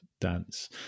dance